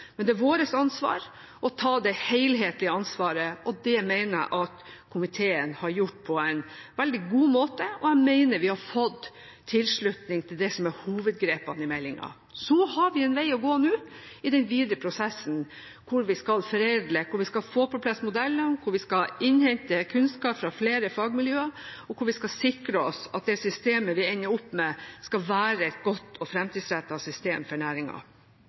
Men det er vårt ansvar å ta det helhetlige ansvaret, og det mener jeg at komiteen har gjort på en veldig god måte, og jeg mener vi har fått tilslutning til det som er hovedgrepene i meldingen. Så har vi en vei å gå nå i den videre prosessen, hvor vi skal foredle, hvor vi skal få på plass modeller, hvor vi skal innhente kunnskap fra flere fagmiljøer, og hvor vi skal sikre oss at det systemet vi ender opp med, blir et godt og fremtidsrettet system for